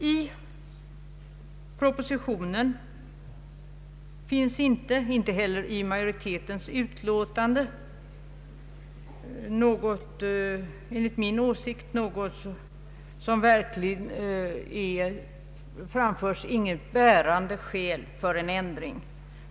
Enligt min åsikt har varken i propositionen eller i majoritetens utlåtande framförts några bärande skäl för en ändring.